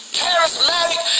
charismatic